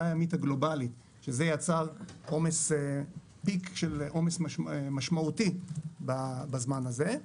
הימית הגלובלית שיצרה פיק של עומס משמעותי בזמן הזה.